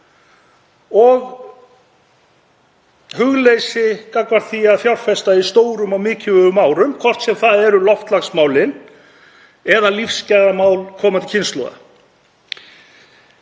og hugleysi gagnvart því að fjárfesta í stórum og mikilvægum málum, hvort sem það eru loftslagsmálin eða lífsgæðamál komandi kynslóða,